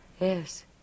Yes